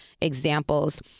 examples